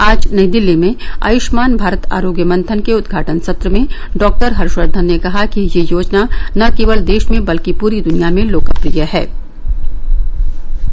आज नई दिल्ली में आयुष्मान भारत आरोग्य मंथन के उद्घाटन सत्र में डॉक्टर हर्षवर्धन ने कहा कि यह योजना न केवल देश में बल्कि पूरी दुनिया में लोकप्रिय रही